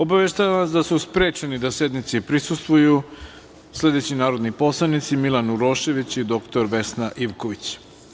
Obaveštavam vas da su sprečeni da sednici prisustvuju sledeći narodni poslanici – Milan Urošević i dr Vesna Ivković.